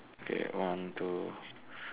okay one two